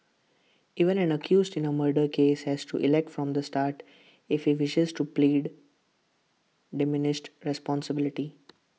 even an accused in A murder case has to elect from the start if he wishes to plead diminished responsibility